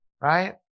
Right